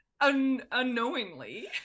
unknowingly